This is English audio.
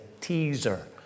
teaser